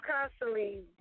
constantly